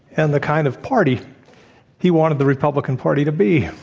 and the kind of party he wanted the republican party to be,